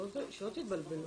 שלא תתבלבלו.